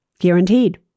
Guaranteed